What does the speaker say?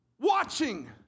watching